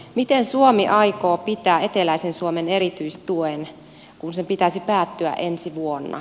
miten suomi aikoo pitää eteläisen suomen erityistuen kun sen pitäisi päättyä ensi vuonna